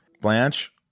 Blanche